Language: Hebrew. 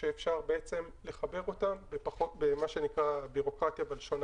צריך תקציב ממשרד הבריאות אבל הקו הגיע.